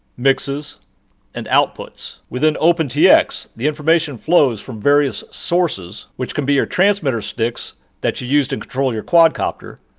mixes and outputs. within opentx, the information flows from various sources which can be your transmitter sticks that you use to control your quadcopter,